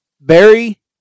Barry